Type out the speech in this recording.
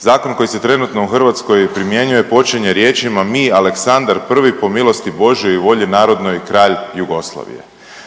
zakon koji se trenutno u Hrvatskoj primjenjuje počinje riječima „Mi Aleksandar I po milosti božjoj i volji narodnoj je kralj Jugoslavije“,